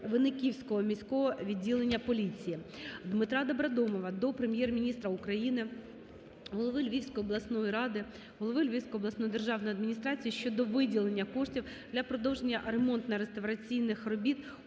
Винниківського міського відділення поліції. Дмитра Добродомова до Прем'єр-міністра України, голови Львівської обласної ради, голови Львівської обласної державної адміністрації щодо виділення коштів для продовження ремонтно-реставраційних робіт у